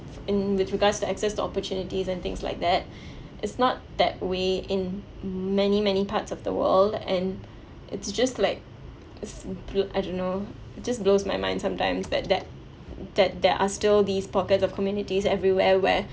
in with regards to access to opportunities and things like that it's not that way in many many parts of the world and it's just like it's bl~ I don't know it just blows my mind sometimes that that that there are still these pockets of communities everywhere where